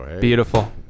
Beautiful